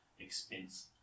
expense